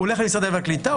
הוא הולך למשרד הקליטה,